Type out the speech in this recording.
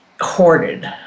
hoarded